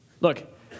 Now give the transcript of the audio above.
Look